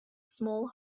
small